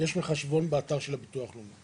במחשבון הביטוח הלאומי.